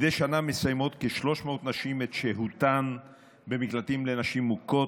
מדי שנה מסיימות כ-300 נשים את שהותן במקלטים לנשים מוכות.